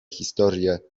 historie